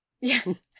yes